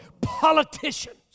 politicians